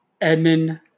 Edmund